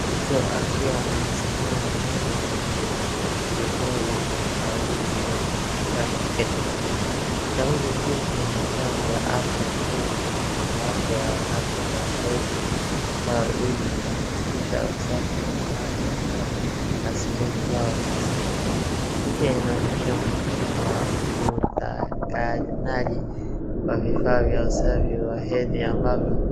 Mtu akiwa amesimama nyuma ya virubish vingi vya tauli za kike. Tauli hizi ni vifaa vya afya muhimu kwa wanawake wakati wa hedhi zao ili kuhakikisha usafi na afya bora za sehemu zao za siri. Picha inaonyesha muhimu wa utengenezaji wa vifaa vya usafi wa hedhi ambavyo.